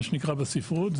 מה שנקרא בספרות,